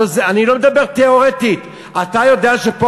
אני לא מדבר תיאורטית: אתה יודע שפה,